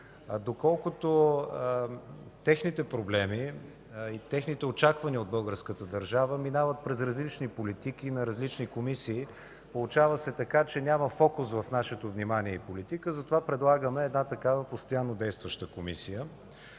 Доколкото техните проблеми и техните очаквания от българската държава минават през различни политики на различни комисии, получава се така, че няма фокус в нашето внимание и политика. Затова предлагаме такава постоянно действаща комисия.